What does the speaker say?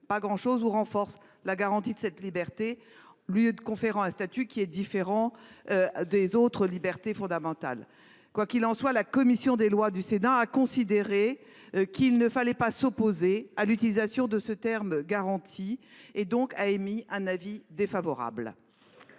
encore qu’elle renforce la garantie de cette liberté, lui conférant un statut différent des autres libertés fondamentales. Quoi qu’il en soit, la commission des lois du Sénat a considéré qu’il ne fallait pas s’opposer à l’utilisation du terme « garantie ». Elle a donc émis un avis défavorable